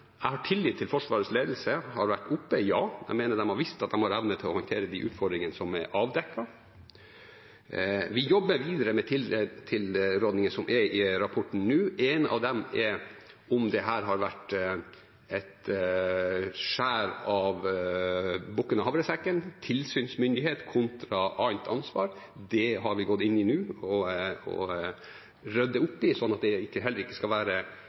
jeg har tillit til Forsvarets ledelse har vært oppe. Ja, jeg mener de har vist at de har evne til å håndtere de utfordringene som er avdekket. Vi jobber videre med tilrådinger som er i rapporten nå. En av dem er om dette har vært et skjær av bukken og havresekken, tilsynsmyndighet kontra annet ansvar. Det har vi gått inn i nå og rydder opp i, sånn at det heller ikke skal være